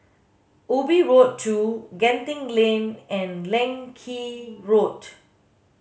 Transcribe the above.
Ubi Road two Genting Lane and Leng Kee Road